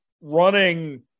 running